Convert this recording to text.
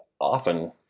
often